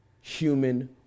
human